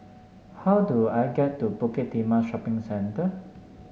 how do I get to Bukit Timah Shopping Centre